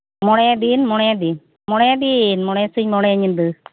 ᱢᱚᱬᱮ ᱫᱤᱱ ᱢᱚᱬᱮ ᱫᱤᱱ ᱢᱚᱬᱮᱫᱤᱱ ᱢᱚᱬᱮᱥᱤᱧ ᱢᱚᱬᱮ ᱧᱤᱫᱟᱹ